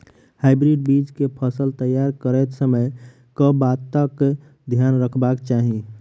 Hybrid बीज केँ फसल तैयार करैत समय कऽ बातक ध्यान रखबाक चाहि?